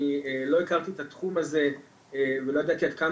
אני לא הכרתי את התחום הזה ולא ידעתי עד כמה